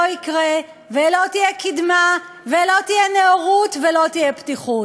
יקרה ולא תהיה קדמה ולא תהיה נאורות ולא תהיה פתיחות.